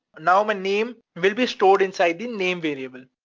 now my name will be stored inside the name variable.